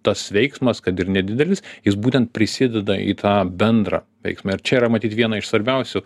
tas veiksmas kad ir nedidelis jis būtent prisideda į tą bendrą veiksmą ir čia yra matyt viena iš svarbiausių